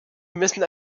müssen